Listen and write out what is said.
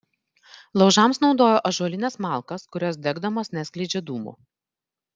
laužams naudojo ąžuolines malkas kurios degdamos neskleidžia dūmų